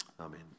Amen